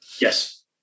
Yes